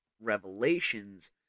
revelations